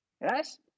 Yes